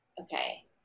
okay